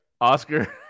Oscar